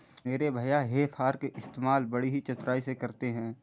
मेरे भैया हे फार्क इस्तेमाल बड़ी ही चतुराई से करते हैं